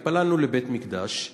התפללנו לבית-מקדש.